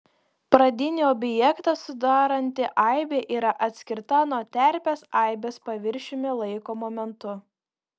pradinį objektą sudaranti aibė yra atskirta nuo terpės aibės paviršiumi laiko momentu